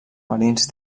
marins